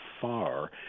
far